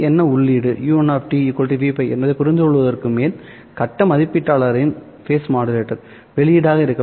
u1 Vπ என்பதைப் புரிந்துகொள்வதற்கு மேல் கட்ட மதிப்பீட்டாளரின் வெளியீடாக இருக்கலாம்